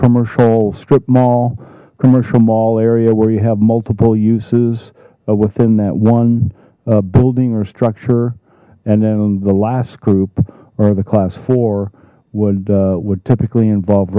commercial strip mall commercial mall area where you have multiple uses within that one building or structure and then the last group or the class four would would typically involve